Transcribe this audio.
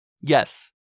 Yes